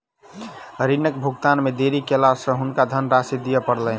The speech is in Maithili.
ऋणक भुगतान मे देरी केला सॅ हुनका धनराशि दिअ पड़लैन